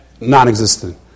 non-existent